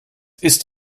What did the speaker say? ist